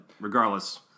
regardless